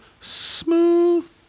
Smooth